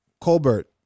Colbert